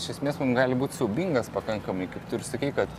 iš esmės mum gali būt siaubingas pakankamai kaip tu ir sakei kad